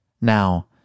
Now